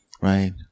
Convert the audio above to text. right